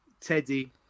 Teddy